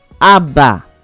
Abba